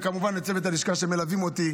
וכמובן לצוות הלשכה שמלווה אותי,